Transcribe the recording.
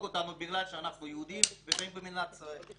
אותנו בגלל שאנחנו יהודים וחיים במדינת ישראל.